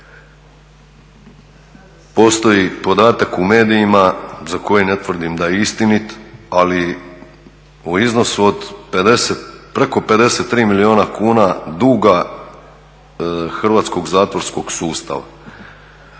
postoji podatak u medijima za koji ne tvrdim da je istinit ali u iznosu od preko 53 milijuna kuna duga hrvatskog zatvorskog sustava.